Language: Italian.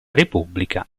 repubblica